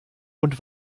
und